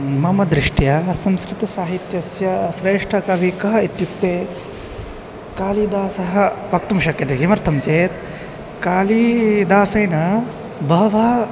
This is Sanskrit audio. मम दृष्ट्या संस्कृतसाहित्यस्य श्रेष्ठकविः कः इत्युक्ते कालिदासः वक्तुं शक्यते किमर्थं चेत् कालिदासेन बह्व्यः